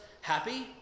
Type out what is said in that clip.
happy